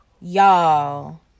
y'all